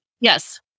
Yes